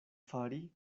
fari